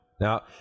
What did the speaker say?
Now